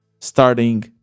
starting